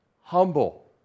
Humble